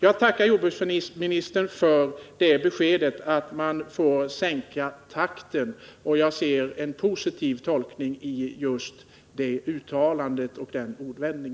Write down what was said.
Jag tackar jordbruksministern för beskedet att man får sänka takten, och jag ser en positiv tolkning just i detta uttalande och denna ordvändning.